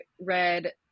read